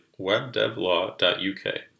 webdevlaw.uk